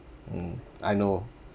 mm I know